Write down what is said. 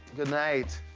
good night.